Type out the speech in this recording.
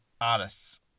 artists